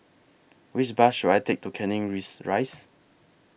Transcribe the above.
Which Bus should I Take to Canning Rise